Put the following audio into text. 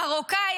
מרוקאי,